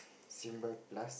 symbol plus